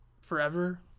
Forever